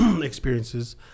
experiences